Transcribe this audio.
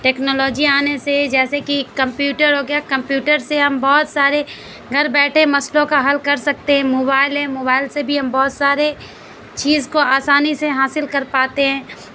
technology آنے سے جیسے کہ کمپیوٹر ہو گیا کمپیوٹر سے ہم بہت سارے گھر بیٹھے مسئلوں کا حل کر سکتے ہیں موبائل ہیں موبائل سے بھی ہم بہت سارے چیز کو آسانی سے حاصل کر پاتے ہیں